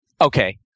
okay